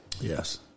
Yes